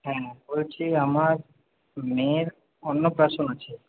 হ্যাঁ বলছি আমার মেয়ের অন্নপ্রাশন আছে